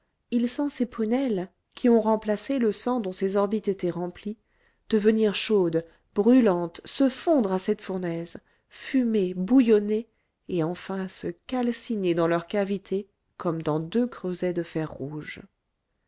il sent ses prunelles qui ont remplacé le sang dont ses orbites étaient remplies devenir chaudes brûlantes se fondre à cette fournaise fumer bouillonner et enfin se calciner dans leurs cavités comme dans deux creusets de fer rouge